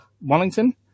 Wellington